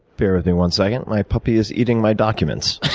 bear with me one second. my puppy is eating my documents.